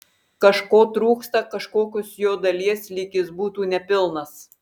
kažko trūksta kažkokios jo dalies lyg jis būtų nepilnas